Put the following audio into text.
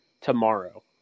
tomorrow